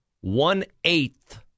One-eighth